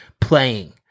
playing